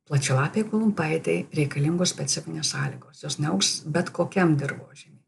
plačialapei klumpaitei reikalingos specifinės sąlygos jos neaugs bet kokiam dirvožemyje